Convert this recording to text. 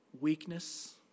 weakness